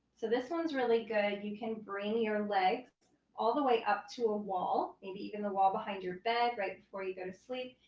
so this one's really good. you can bring your leg all the way up to a wall, maybe even the wall behind your bed right before you go to sleep.